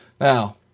Now